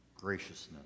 graciousness